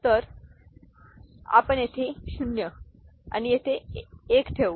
तर आपण येथे 0 आणि येथे 1s ठेवू